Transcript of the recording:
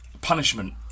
punishment